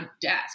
desk